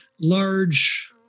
large